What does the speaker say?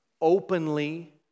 openly